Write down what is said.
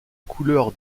couleur